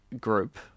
group